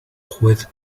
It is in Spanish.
juez